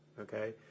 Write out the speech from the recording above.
okay